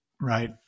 Right